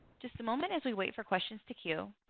just a moment as we wait for questions to queue.